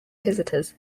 visitors